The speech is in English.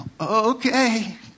okay